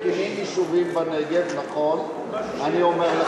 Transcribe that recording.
מקימים יישובים בנגב, נכון, אני אומר לך.